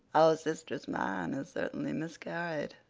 our sister's man is certainly miscarried.